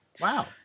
Wow